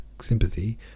sympathy